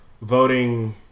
voting